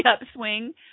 upswing